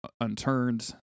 unturned